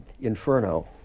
Inferno